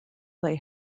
they